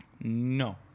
No